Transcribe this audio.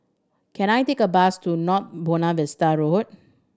can I take a bus to North Buona Vista Road